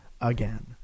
again